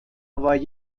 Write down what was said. war